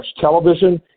Television